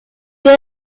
tío